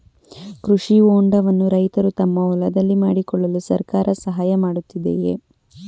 ಕೃಷಿ ಹೊಂಡವನ್ನು ರೈತರು ತಮ್ಮ ಹೊಲದಲ್ಲಿ ಮಾಡಿಕೊಳ್ಳಲು ಸರ್ಕಾರ ಸಹಾಯ ಮಾಡುತ್ತಿದೆಯೇ?